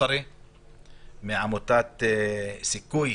חוסרי מעמותת "סיכוי",